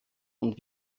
und